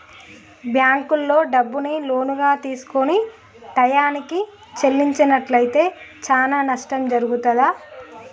బ్యేంకుల్లో డబ్బుని లోనుగా తీసుకొని టైయ్యానికి చెల్లించనట్లయితే చానా నష్టం జరుగుతాది